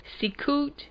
Sikut